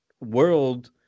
world